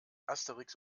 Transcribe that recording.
asterix